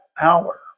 hour